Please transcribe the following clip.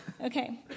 Okay